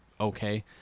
okay